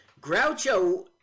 Groucho